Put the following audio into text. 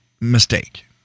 mistake